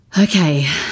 Okay